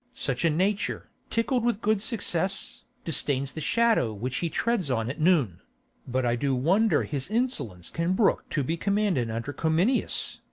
such a nature, tickled with good success, disdains the shadow which he treads on at noon but i do wonder his insolence can brook to be commanded under cominius.